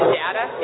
data